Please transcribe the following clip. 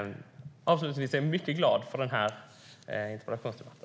Jag är mycket glad för denna interpellationsdebatt.